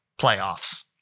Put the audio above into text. playoffs